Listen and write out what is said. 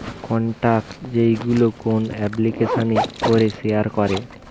contact যেইগুলো কোন এপ্লিকেশানে করে শেয়ার করে